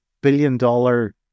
billion-dollar